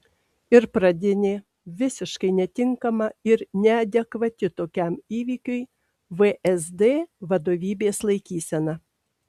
ir pradinė visiškai netinkama ir neadekvati tokiam įvykiui vsd vadovybės laikysena